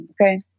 Okay